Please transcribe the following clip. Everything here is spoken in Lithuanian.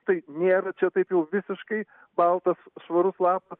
tai nėra čia taip jau visiškai baltas švarus lapas